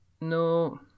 No